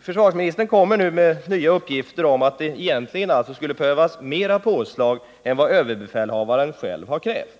Försvarsministern kommer nu med nya uppgifter, innebärande att det egentligen skulle behövas större påslag än vad överbefälhavaren själv har krävt.